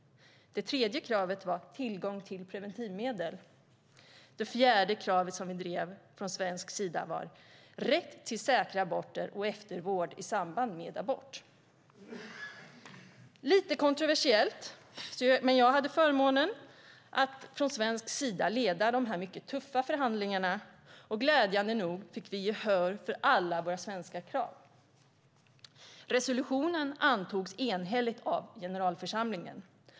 Det tredje kravet var tillgång till preventivmedel. Det fjärde kravet som vi drev från svensk sida var rätt till säkra aborter och eftervård i samband med abort. Det var lite kontroversiellt, men jag hade förmånen att från svensk sida leda dessa mycket tuffa förhandlingar. Glädjande nog fick vi gehör för alla våra svenska krav. Resolutionen antogs enhälligt av generalförsamlingen.